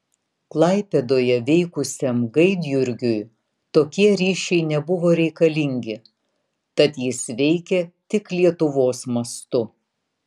klaipėdoje veikusiam gaidjurgiui tokie ryšiai nebuvo reikalingi tad jis veikė tik lietuvos mastu